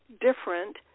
different